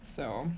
so